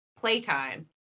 playtime